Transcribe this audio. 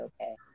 okay